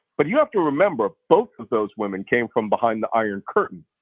but you have to remember, both of those women came from behind the iron curtain.